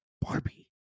Barbie